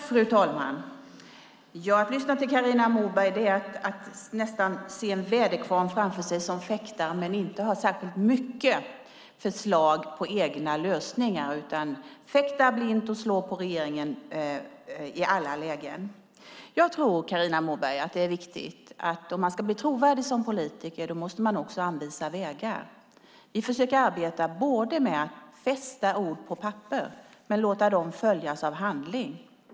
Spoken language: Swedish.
Fru talman! Att lyssna till Carina Moberg är att nästan se en väderkvarn framför sig. Man fäktar blint och slår på regeringen i alla lägen men har inte särskilt många förslag på egna lösningar. Jag tror, Carina Moberg, att det är viktigt att man, om man ska bli trovärdig som politiker, måste anvisa vägar. Vi försöker arbeta med att både fästa ord på papper och låta dem följas av handling.